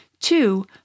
Two